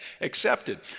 accepted